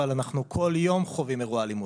אבל אנחנו כל יום חווים אירוע אלימות.